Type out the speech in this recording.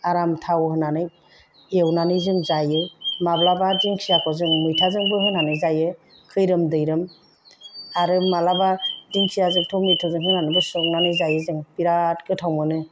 आराम थाव होनानै एवनानै जों जायो माब्लाबा दिंखियाखौ जों मैथाजोंबो होनानै जायो खैरोम दैरोम आरो मालाबा दिंखियाजों टमेट'जों होनानैबो संनानै जायो जों बिराद गोथाव मोनो